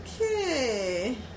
okay